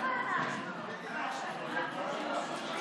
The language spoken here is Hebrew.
התשפ"ב 2022, לוועדה שתקבע